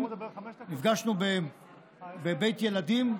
נפגשנו בבית ילדים,